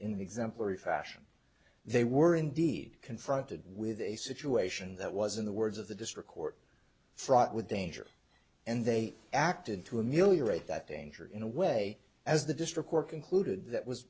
in exemplary fashion they were indeed confronted with a situation that was in the words of the district court fraught with danger and they acted to a million rate that danger in a way as the district work included that was